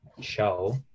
show